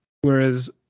whereas